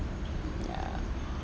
ya